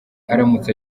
aramutse